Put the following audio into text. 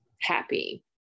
happy